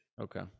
Okay